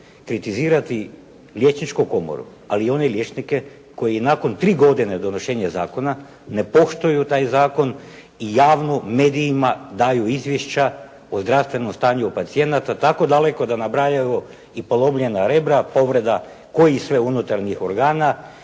kritizirati Liječničku komoru, ali i one liječnike koji i nakon 3 godine donošenja zakona ne poštuju taj zakon i javno medijima daju izvješća o zdravstvenom stanju pacijenata tako daleko da nabrajaju i polomljena rebra, povreda kojih sve unutarnjih organa,